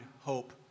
hope